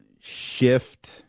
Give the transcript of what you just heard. shift –